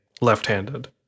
left-handed